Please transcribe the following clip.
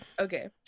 Okay